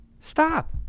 Stop